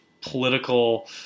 political